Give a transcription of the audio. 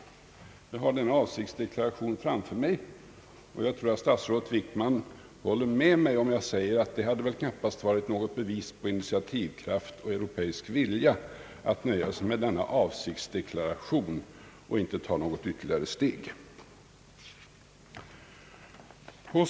Jag har denna avsiktsdeklaration framför mig, och jag tror att statsrådet Wickman håller med om att det knappast hade varit något bevis på »initiativkraft« och »europeisk vilja» att nöja sig med den och inte ta något ytterligare steg.